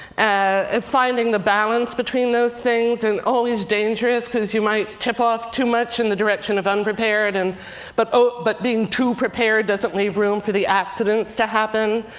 and finding the balance between those things is and always dangerous because you might tip off too much in the direction of unprepared. and but but being too prepared doesn't leave room for the accidents to happen.